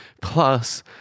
plus